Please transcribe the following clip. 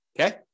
okay